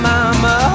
Mama